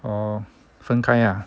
哦分开啊